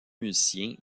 musiciens